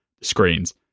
screens